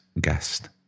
guest